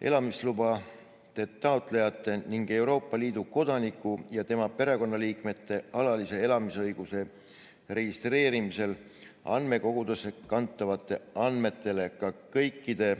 elamislubade taotlejate ning Euroopa Liidu kodanike ja nende perekonnaliikmete alalise elamisõiguse registreerimisel andmekogusse kantavatele andmetele ka kõikide